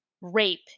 rape